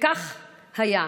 וכך היה.